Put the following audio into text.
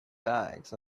bags